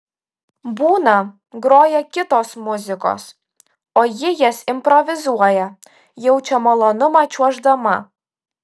būna groja kitos muzikos o ji jas improvizuoja jaučia malonumą čiuoždama